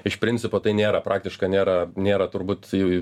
iš principo tai nėra praktiška nėra nėra turbūt jau